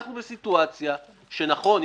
אנחנו בסיטואציה שנכון,